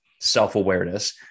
self-awareness